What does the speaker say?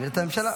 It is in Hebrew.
עמדת הממשלה.